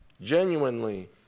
genuinely